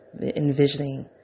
envisioning